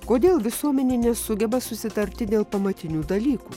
kodėl visuomenė nesugeba susitarti dėl pamatinių dalykų